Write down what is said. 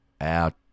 out